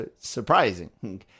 surprising